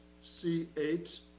C8